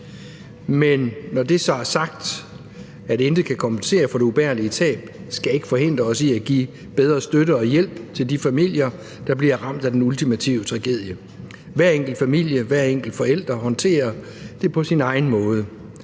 Men når det så er sagt, at intet kan kompensere for det ubærlige tab, så skal det ikke forhindre os i at give bedre støtte og hjælp til de familier, der bliver ramt af den ultimative tragedie. Hver enkelt familie, hver enkelt forælder håndterer det på sin egen måde.